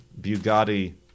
Bugatti